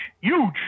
Huge